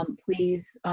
um please.